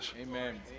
Amen